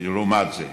לעומת זה,